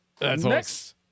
next